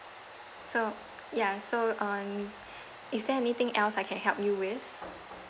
so ya so um is there anything else I can help you with